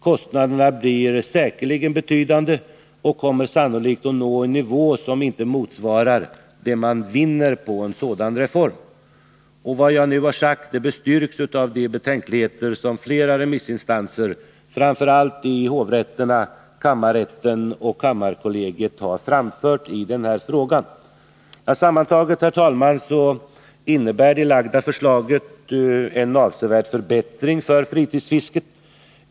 Kostnaderna blir säkerligen betydande och kommer sannolikt att nå en nivå som inte motsvarar det man vinner på en sådan reform. Vad jag nu har sagt bestyrks av de betänkligheter som flera remissinstanser, framför allt hovrätterna, kammarrätten och kammarkollegiet, har framfört i frågan. Sammantaget, herr talman, innebär de framlagda förslagen en avsevärd förbättring för fritidsfisket.